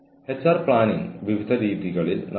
കൂടാതെ പ്രശ്നം കണ്ടെത്തിയാൽ അതിന്റെ രഹസ്യസ്വഭാവം നിലനിർത്തുക